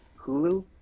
hulu